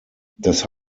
das